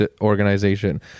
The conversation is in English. organization